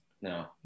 no